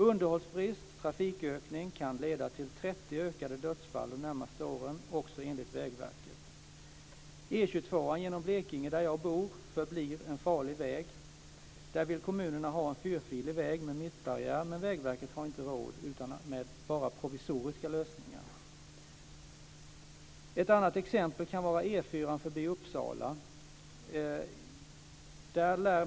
Underhållsbrist och trafikökning kan leda till 30 fler dödsfall de närmaste åren också enligt Vägverket. E 22:an genom Blekinge, där jag bor, förblir en farlig väg. Där vill kommunerna ha en fyrfilig väg med mittbarriär, men Vägverket har bara råd med provisoriska lösningar. Ett annat exempel kan vara E 4:an förbi Uppsala.